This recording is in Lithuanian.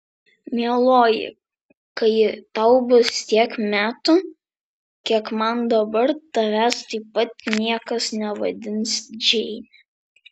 mieloji kai tau bus tiek metų kiek man dabar tavęs taip pat niekas nevadins džeine